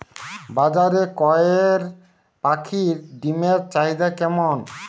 বাজারে কয়ের পাখীর ডিমের চাহিদা কেমন?